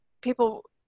people